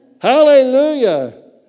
Hallelujah